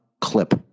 clip